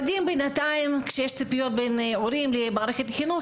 כשיש ציפיות בין ההורים למערכת החינוך,